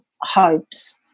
hopes